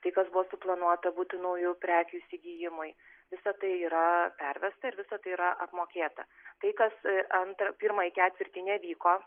tai kas buvo suplanuota būtinųjų prekių įsigijimui visa tai yra pervesta ir visa tai yra apmokėta tai kas antrą pirmąjį ketvirtį nevyko